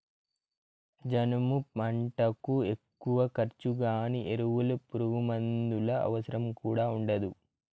జనుము పంటకు ఎక్కువ ఖర్చు గానీ ఎరువులు పురుగుమందుల అవసరం కూడా ఉండదు